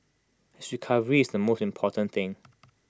his recovery is the most important thing